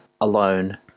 alone